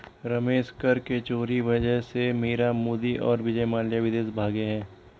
रमेश कर के चोरी वजह से मीरा मोदी और विजय माल्या विदेश भागें हैं